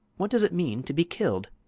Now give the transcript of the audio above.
what does it mean to be killed?